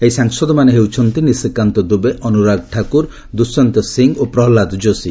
ଏହି ସାଂସଦମାନେ ହେଲେ ନିଶିକାନ୍ତ ଦୁବେ ଅନୁରାଗ ଠାକୁର ଦୁଶ୍ୟନ୍ତ ସିଂହ ଓ ପ୍ରହଲାଦ ଜୋଷୀ